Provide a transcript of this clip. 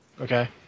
Okay